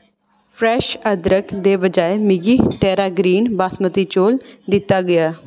fresh अदरक दे बजाए मिगी टेरा ग्रीन्स बासमती चौल दित्ता गेआ